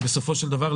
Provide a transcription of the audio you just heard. בסופו של דבר,